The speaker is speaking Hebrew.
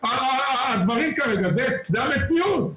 זו המציאות'.